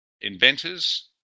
Inventors